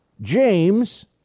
James